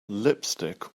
lipstick